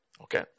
Okay